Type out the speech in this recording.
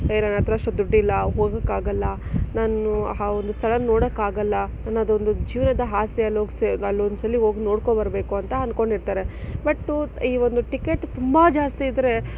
ಏ ನನ್ನತ್ರ ಅಷ್ಟು ದುಡ್ಡಿಲ್ಲ ಹೋಗೋಕ್ಕಾಗಲ್ಲ ನಾನು ಆ ಒಂದು ಸ್ಥಳನ ನೋಡೋಕ್ಕಾಗಲ್ಲ ಅನ್ನೋದೊಂದು ಜೀವನದ ಹಾಸ್ಯಲೋಕ್ಸೇವ ಅಲ್ಲಿ ಒಂದು ಸಲ ಹೋಗಿ ನೋಡ್ಕೊಬರ್ಬೇಕು ಅಂತ ಅಂದ್ಕೊಂಡಿರ್ತಾರೆ ಬಟ್ಟು ಈ ಒಂದು ಟಿಕೇಟ್ ತುಂಬ ಜಾಸ್ತಿ ಇದ್ದರೆ